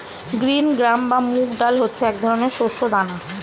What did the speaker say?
green gram বা মুগ ডাল হচ্ছে এক ধরনের শস্য দানা